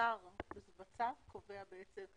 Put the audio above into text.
השר קובע את החלוקה.